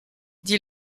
dit